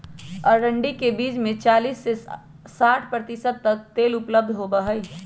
अरंडी के बीज में चालीस से साठ प्रतिशत तक तेल उपलब्ध होबा हई